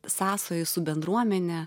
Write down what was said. sąsajų su bendruomene